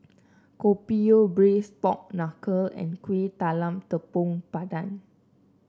Kopi O Braised Pork Knuckle and Kuih Talam Tepong Pandan